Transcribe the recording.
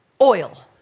oil